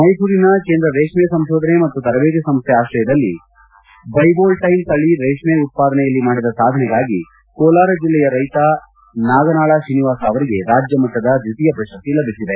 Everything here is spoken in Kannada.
ಮೈಸೂರಿನ ಕೇಂದ್ರ ರೇಷ್ಮೆ ಸಂಶೋಧನೆ ಮತ್ತು ತರಬೇತಿ ಸಂಸ್ಥೆ ಆತ್ರಯದಲ್ಲಿ ಬೈವೋಲ್ವೈನ್ ತಳಿ ರೇಷ್ಮೆಗೂಡು ಉತ್ಪಾದನೆಯಲ್ಲಿ ಮಾಡಿದ ಸಾಧನೆಗಾಗಿ ಕೋಲಾರ ಜಿಲ್ಲೆಯ ರೈತ ನಾಗನಾಳ ಶ್ರೀನಿವಾಸ ಅವರಿಗೆ ರಾಜ್ಯಮಟ್ಟದ ದ್ವಿತೀಯ ಪ್ರಶಸ್ತಿ ಲಭಿಸಿದೆ